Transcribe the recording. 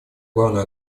главную